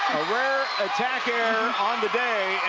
a rare attack error on the day.